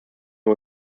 wir